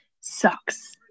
sucks